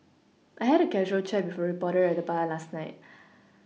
I had a casual chat with a reporter at the bar last night